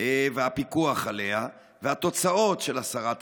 והפיקוח עליה והתוצאות של הסרת הפיקוח,